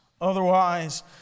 Otherwise